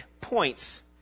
points